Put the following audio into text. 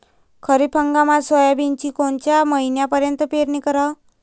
खरीप हंगामात सोयाबीनची कोनच्या महिन्यापर्यंत पेरनी कराव?